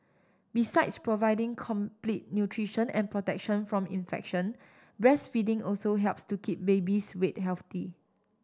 besides providing complete nutrition and protection from infection breastfeeding also helps to keep baby's weight healthy